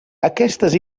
aquestes